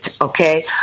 Okay